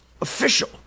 official